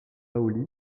pauli